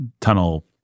tunnel